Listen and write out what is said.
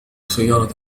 سيارة